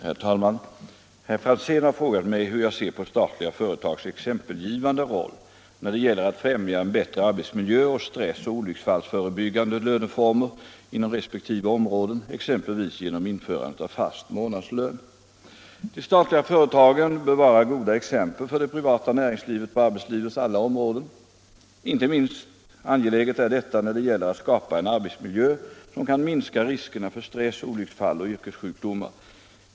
— Om statliga företags Herr talman! Herr Franzén har frågat mig hur jag ser på statliga företags = exempelgivande roll exempelgivande roll när det gäller att främja en bättre arbetsmiljö och = i fråga om arbetsstressoch olycksfallsförebyggande löneformer inom resp. områden, ex — miljö m.m. empelvis genom införandet av fast månadslön. De statliga företagen bör vara goda exempel för det privata näringslivet på arbetslivets alla områden. Inte minst angeläget är detta när det gäller att skapa en arbetsmiljö som kan minska riskerna för stress, olycksfall och yrkessjukdomar.